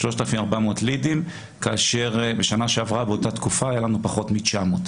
3,400 לידים כאשר בשנה שעברה באותה תקופה היה לנו פחות מ-900.